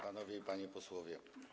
Panowie i Panie Posłowie!